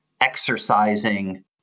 exercising